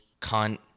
cunt